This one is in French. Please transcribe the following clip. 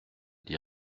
dit